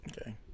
Okay